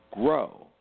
grow